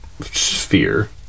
sphere